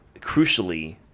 crucially